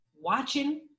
watching